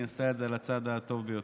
היא עשתה את זה על הצד הטוב ביותר.